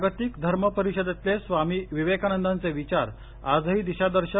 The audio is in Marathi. जागतिक धर्म परिषदेतले स्वामी विवेकानंदांचे विचार आजही दिशादर्शक